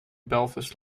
belfast